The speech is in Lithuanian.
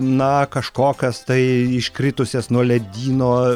na kažkokias tai iškritusias nuo ledyno